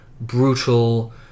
brutal